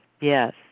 yes